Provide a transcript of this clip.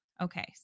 Okay